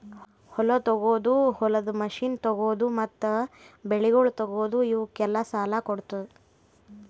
ಹೊಲ ತೊಗೋದು, ಹೊಲದ ಮಷೀನಗೊಳ್ ತೊಗೋದು, ಮತ್ತ ಬೆಳಿಗೊಳ್ ತೊಗೋದು, ಇವುಕ್ ಎಲ್ಲಾ ಸಾಲ ಕೊಡ್ತುದ್